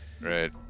Right